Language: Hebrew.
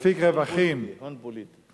הון פוליטי.